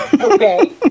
Okay